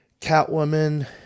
Catwoman